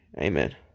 Amen